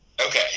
Okay